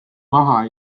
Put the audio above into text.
maha